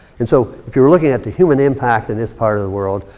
and so, if you were looking at the human impact in this part of the world,